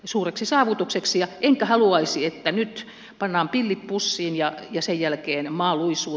suureksi saavutukseksi ja enkä haluaisi että nyt panna pillit pussiin ja sen jälkeen maa luisuu